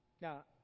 Now